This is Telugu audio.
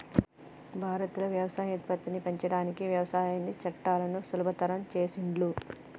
భారత్ లో వ్యవసాయ ఉత్పత్తిని పెంచడానికి వ్యవసాయ చట్టాలను సులభతరం చేసిండ్లు